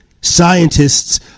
Scientists